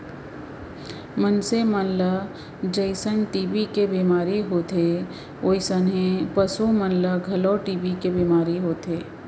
मनसे मन ल जइसन टी.बी के बेमारी होथे वोइसने पसु मन ल घलौ टी.बी के बेमारी होथे